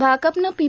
भाकपनं P